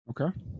okay